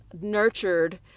nurtured